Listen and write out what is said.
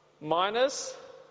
minus